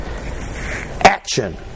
Action